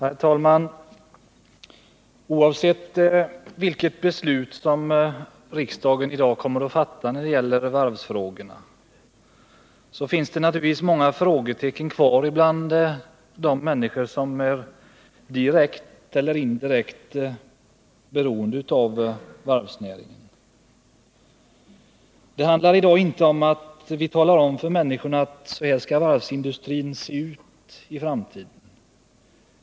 Herr talman! Oavsett vilket beslut riksdagen i dag kommer att fatta när det gäller varvsfrågorna finns det naturligtvis många frågetecken kvar bland de människor som direkt eller indirekt är beroende av varvsnäringen. Det handlar i dag inte om att vi talar om för människorna: Så här skall varvsindustrin se ut i framtiden.